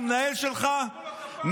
המנהל שלך,